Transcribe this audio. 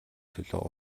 төлөө